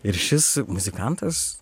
ir šis muzikantas